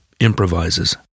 improvises